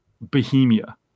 bohemia